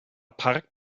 parkt